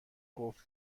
قفل